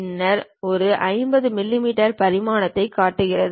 பின்னர் இது 50 மிமீ பரிமாணத்தைக் காட்டுகிறது